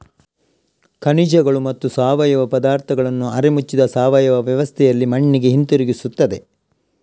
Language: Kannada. ಖನಿಜಗಳು ಮತ್ತು ಸಾವಯವ ಪದಾರ್ಥಗಳನ್ನು ಅರೆ ಮುಚ್ಚಿದ ಸಾವಯವ ವ್ಯವಸ್ಥೆಯಲ್ಲಿ ಮಣ್ಣಿಗೆ ಹಿಂತಿರುಗಿಸುತ್ತದೆ